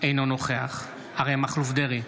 אינו נוכח אריה מכלוף דרעי,